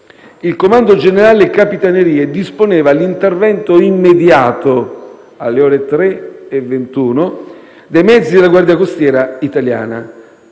il Comando generale delle Capitanerie disponeva l'intervento immediato, alle ore 3,21, dei mezzi della Guardia costiera italiana.